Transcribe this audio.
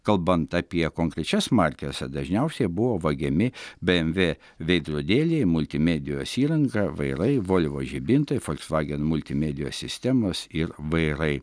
kalbant apie konkrečias markes dažniausiai buvo vagiami bmw veidrodėliai multimedijos įranga vairai volvo žibintai folksvagen multimedijos sistemos ir vairai